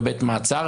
בבית מעצר,